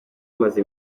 amaze